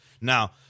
Now